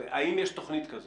האם יש תוכנית כזאת?